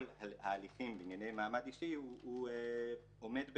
ההליכים בענייני מעמד אישי הוא עומד בעינו.